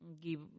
give